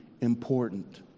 important